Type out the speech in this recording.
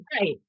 Right